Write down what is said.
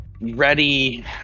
ready